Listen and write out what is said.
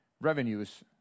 revenues